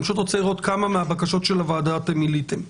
אני פשוט רוצה לראות כמה מהבקשות של הוועדה אתם מילאתם.